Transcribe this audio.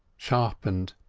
sharpened,